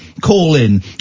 call-in